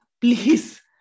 please